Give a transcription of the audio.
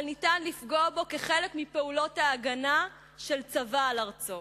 אבל ניתן לפגוע בו כחלק מפעולות ההגנה של צבא על ארצו.